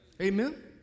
Amen